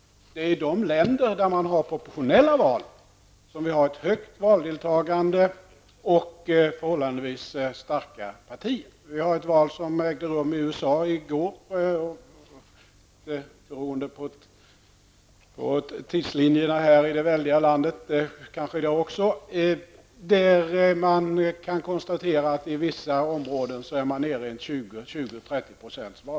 Det är i de länder där man har proportionella val som man har ett högt valdeltagande och förhållandevis starka partier. Ett val ägde rum i USA i går -- beroende på tidslinjerna i det väldiga landet kanske i dag också. I vissa områden kan man konstatera att valdeltagandet är nere i 20--30 %.